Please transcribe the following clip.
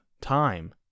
time